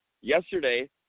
yesterday